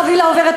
החבילה עוברת,